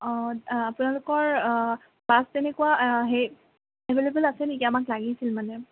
অঁ আপোনালোকৰ বাছ তেনেকুৱা সেই এভেইলেবল আছে নেকি আমাক লাগিছিল মানে